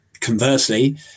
conversely